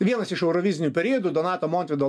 vienas iš eurovizinių periodų donato montvydo